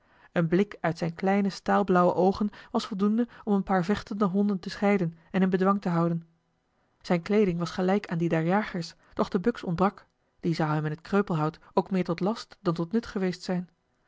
een blik uit zijne kleine staalblauwe oogen was voldoende om een paar vechtende honden te scheiden en in bedwang te houden zijne kleeding was gelijk aan die der jagers doch de buks ontbrak die zou hem in t kreupelhout ook meer tot last dan tot nut geweest zijn